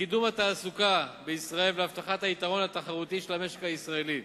לקידום התעסוקה בישראל ולהבטחת היתרון התחרותי של המשק הישראלי.